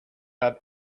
have